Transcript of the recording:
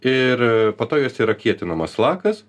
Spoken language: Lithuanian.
ir po to jos yra kietinamos lakas